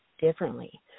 differently